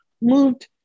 moved